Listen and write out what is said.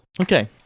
Okay